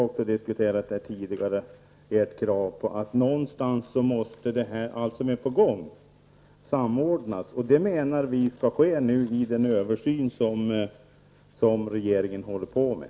Någon gång måste allt det som är på gång samordnas. Vi anser att det bör ske i den översyn som regeringen håller på med.